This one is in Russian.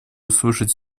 услышать